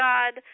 God